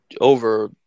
over